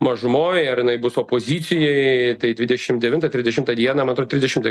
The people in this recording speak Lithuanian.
mažumoj ar jinai bus opozicijoj tai dvidešim devintą trisdešimtą dieną man atrodo trisdešimtą